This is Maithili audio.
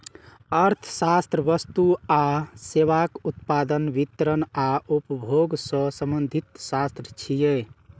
अर्थशास्त्र वस्तु आ सेवाक उत्पादन, वितरण आ उपभोग सं संबंधित शास्त्र छियै